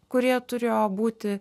kurie turėjo būti